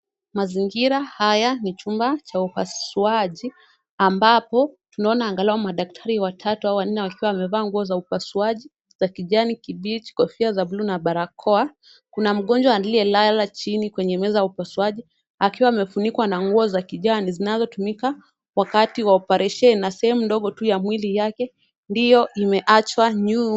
Mazingira haya ni chumba cha upasuaji ambapo tunaona angalau madaktari watatu au wanne wakiwa wamevaa nguo za upasuaji za kijani kibichi, kofia za buluu na barakoa. Kuna mgonjwa aliyelala chini kwenye meza ya upasuaji akiwa amefunikwa na nguo za kijani zinazotumika wakati wa oparesheni na sehemu ndogo tu ya mwili yake ndio imewachwa nyuma.